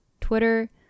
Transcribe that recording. twitter